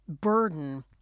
burden